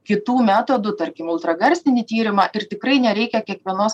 kitų metodų tarkim ultragarsinį tyrimą ir tikrai nereikia kiekvienos